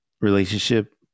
relationship